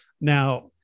Now